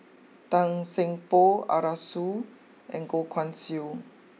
Tan Seng Poh Arasu and Goh Guan Siew